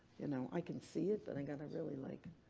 you know i can see it, but i've got to really like.